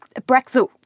Brexit